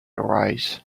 arise